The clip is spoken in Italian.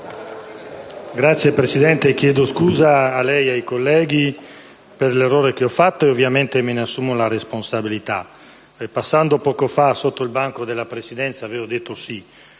Signor Presidente, chiedo scusa a lei e ai colleghi per l'errore che ho fatto, di cui ovviamente mi assumo la responsabilità. Passando poco fa sotto il banco della Presidenza, ho votato